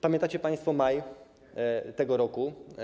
Pamiętacie państwo maj tego roku?